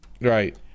Right